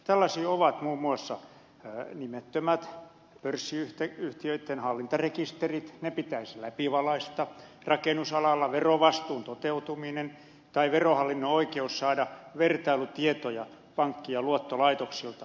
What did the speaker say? tällaisia ovat muun muassa nimettömät pörssiyhtiöiden hallintarekisterit ne pitäisi läpivalaista rakennusalalla verovastuun toteutuminen tai verohallinnon oikeus saada vertailutietoja pankki ja luottolaitoksilta